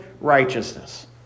righteousness